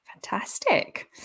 Fantastic